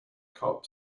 cup